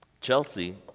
Chelsea